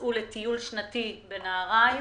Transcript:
שנסעו לטיול שנתי בנהריים.